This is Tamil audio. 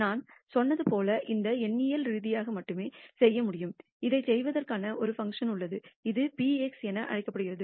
நான் சொன்னது போல் இது எண்ணியல் ரீதியாக மட்டுமே செய்ய முடியும் இதைச் செய்வதற்கான ஒரு பங்க்ஷன் உள்ளது இது px என அழைக்கப்படுகிறது